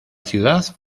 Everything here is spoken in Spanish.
ciudad